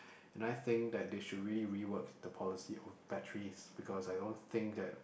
and I think that they should really rework the policy of batteries because I don't think that